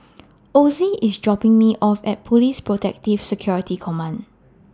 Ozzie IS dropping Me off At Police Protective Security Command